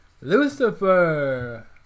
Lucifer